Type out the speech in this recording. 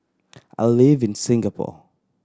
I live in Singapore